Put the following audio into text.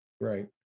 right